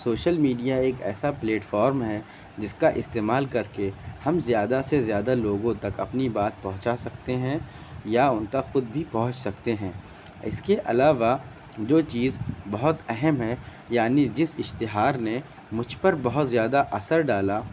social media ایک ایسا platform ہے جس کا استعمال کر کے ہم زیادہ سے زیادہ لوگوں تک اپنی بات پہنچا سکتے ہیں یا ان تک خود بھی پہنچ سکتے ہیں اس کے علاوہ جو چیز بہت اہم ہے یعنی جس اشتہار نے مجھ پر بہت زیادہ اثر ڈالا